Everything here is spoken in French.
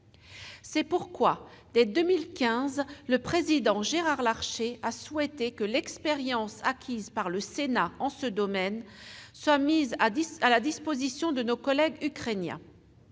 C'est pourquoi, dès 2015, le président Gérard Larcher a souhaité que l'expérience acquise par le Sénat en ce domaine soit mise à la disposition de nos collègues ukrainiens.